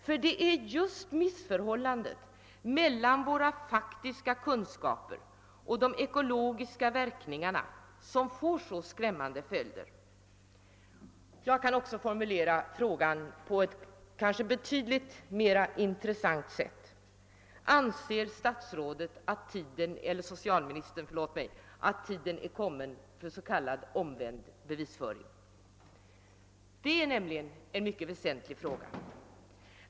Det är nämligen just missförhållandet mellan våra faktiska kunskaper och de ekologiska verkningarna som får så skrämmande följder. Jag kan också formulera frågan på ett betydligt intressantare sätt: Anser statsrådet att tiden nu är kommen för s.k. omvänd bevisföring? Det är nämligen en utomordentligt väsentlig fråga.